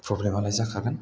प्रब्लेमआलाय जाखागोन